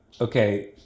okay